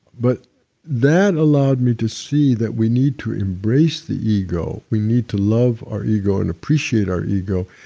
but that allowed me to see that we need to embrace the ego we need to love our ego and appreciate our ego,